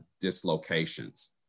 dislocations